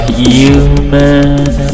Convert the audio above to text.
human